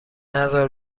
نزار